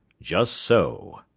just so.